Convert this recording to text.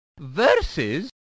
versus